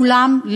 כולם,